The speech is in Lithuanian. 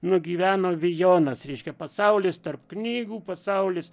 nugyveno vijonas reiškia pasaulis tarp knygų pasaulis